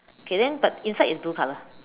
okay then but inside is blue color